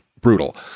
brutal